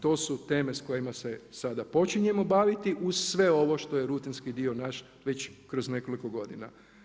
To s teme s kojima se sada počinjemo baviti uz sve ovo što je rutinski dio naš već kroz nekoliko godina.